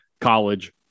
College